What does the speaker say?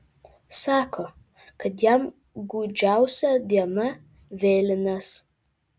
sako kad jam gūdžiausia diena vėlinės